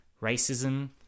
racism